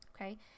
Okay